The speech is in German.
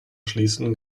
schließen